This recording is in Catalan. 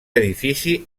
edifici